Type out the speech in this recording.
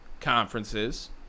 conferences